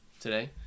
today